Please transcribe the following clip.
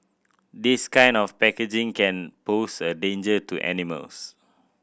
this kind of packaging can pose a danger to animals